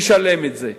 נשלם את זה.